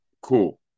Cool